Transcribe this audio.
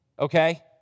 okay